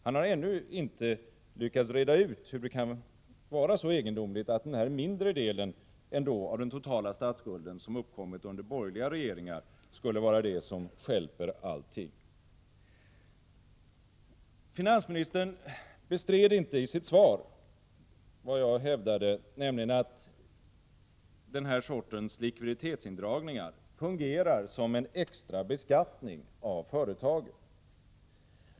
Han har ännu inte lyckats reda ut hur det kan vara så egendomligt att den mindre del av den totala statsskulden som uppkommit under borgerliga regeringar skulle vara det som stjälper allting. Finansministern bestred inte i sitt svar vad jag hävdade, nämligen att den här sortens likviditetsindragningar fungerar som en extra beskattning av företagen.